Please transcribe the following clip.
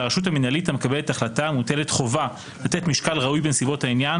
רשות מנהלית המקבלת החלטה מוטלת חובה לתת משקל ראוי בנסיבות העניין